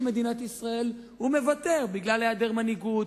מדינת ישראל הוא מוותר בגלל העדר מנהיגות,